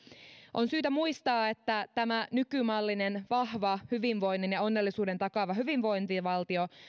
on syytä muistaa että tämä nykymallinen vahva hyvinvoinnin ja onnellisuuden takaava hyvinvointivaltio